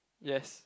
yes